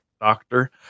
doctor